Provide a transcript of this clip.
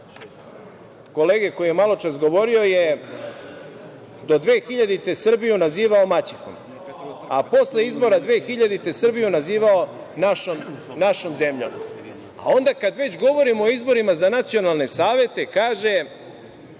kolege koji je maločas govorio je do 2000. godine Srbiju nazivao maćehom, a posle izbora 2000. godine Srbiju nazivao našom zemljom. Kada već govorimo o izborima za nacionalne savete, kaže,